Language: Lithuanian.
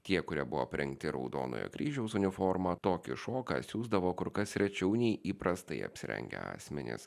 tie kurie buvo aprengti raudonojo kryžiaus uniforma tokį šoką siųsdavo kur kas rečiau nei įprastai apsirengę asmenys